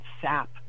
sap